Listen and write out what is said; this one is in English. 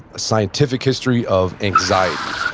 scientific history of anxiety.